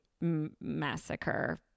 massacre